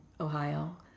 Ohio